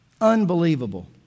Unbelievable